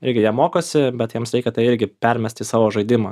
irgi jie mokosi bet jiems reikia tai irgi permest į savo žaidimą